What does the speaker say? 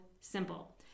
simple